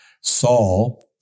Saul